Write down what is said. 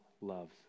loves